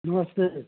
नमस्ते